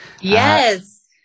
Yes